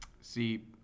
See